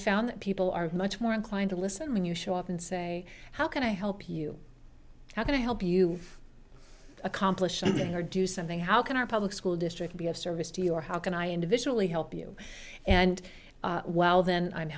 found that people are much more inclined to listen when you show up and say how can i help you how can i help you accomplish something or do something how can our public school district be of service to your how can i individually help you and well then i'm